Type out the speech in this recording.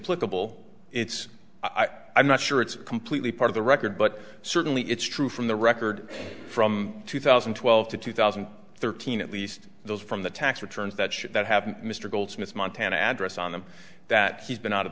political it's i'm not sure it's completely part of the record but certainly it's true from the record from two thousand and twelve to two thousand and thirteen at least those from the tax returns that should that have been mr goldsmith's montana address on them that he's been out of